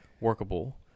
workable